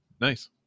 Nice